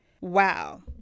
wow